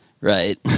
right